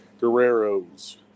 Guerreros